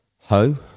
Ho